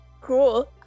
Cool